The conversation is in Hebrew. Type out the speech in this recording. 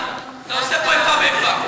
אתה עושה פה איפה ואיפה.